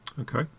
Okay